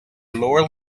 lower